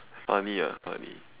funny ah funny